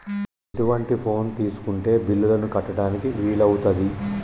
ఎటువంటి ఫోన్ తీసుకుంటే బిల్లులను కట్టడానికి వీలవుతది?